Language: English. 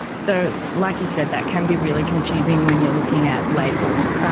so, like you said, that can be really confusing when you are looking at labels.